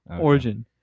Origin